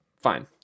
fine